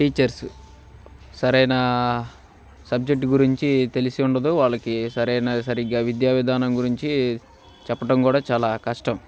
teachers సరైన subject గురించి తెలిసి ఉండదో వాళ్ళకి సరైన సరిగ్గా విద్యా విధానం గురించి చెప్పటం కూడా చాలా కష్టం